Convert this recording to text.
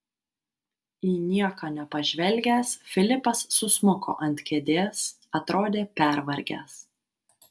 į nieką nepažvelgęs filipas susmuko ant kėdės atrodė pervargęs